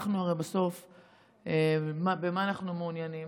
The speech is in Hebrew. הרי אנחנו בסוף, במה אנחנו מעוניינים?